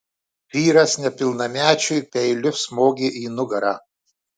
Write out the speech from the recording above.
vyras nepilnamečiui peiliu smogė į nugarą